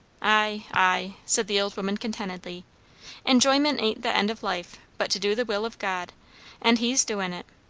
ay, ay, said the old woman contentedly enjoyment ain't the end of life, but to do the will of god and he's doin' it.